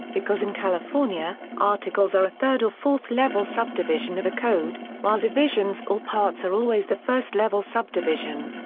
because in california, articles are a third or fourth-level subdivision of a code, while divisions or parts are always the first-level subdivision.